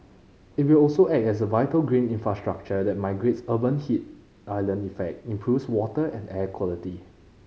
it will also act as a vital green infrastructure that mitigates urban heat island effect improves water and air quality